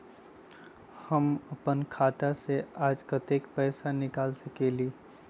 हम अपन खाता से आज कतेक पैसा निकाल सकेली?